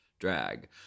drag